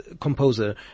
composer